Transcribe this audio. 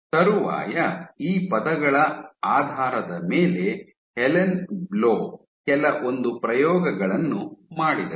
ತರುವಾಯ ಈ ಪದಗಳ ಆಧಾರದ ಮೇಲೆ ಹೆಲನ್ ಬ್ಲೂ ಕೆಲ ಒಂದು ಪ್ರಯೋಗಗಳನ್ನು ಮಾಡಿದರು